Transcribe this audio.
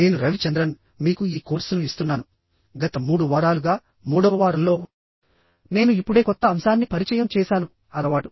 నేను రవిచంద్రన్మీకు ఈ కోర్సును ఇస్తున్నానుగత 3 వారాలుగామూడవ వారంలోనేను ఇప్పుడే కొత్త అంశాన్ని పరిచయం చేసానుః అలవాటు